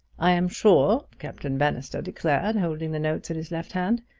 i am sure, captain bannister declared, holding the notes in his left hand,